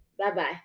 Bye-bye